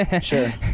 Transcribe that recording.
Sure